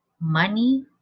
Money